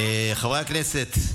חברי הכנסת,